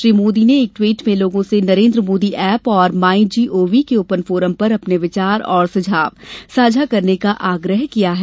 श्री मोदी ने एक ट्वीट में लोगों से नरेन्द्र मोदी एप और माईजीओवी के ओपन फोरम पर अपने विचार और सुझाव साझा करने का आग्रह किया है